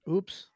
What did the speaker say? Oops